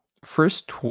first